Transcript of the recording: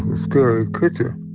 and scary creature.